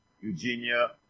Eugenia